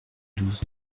douze